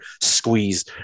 squeeze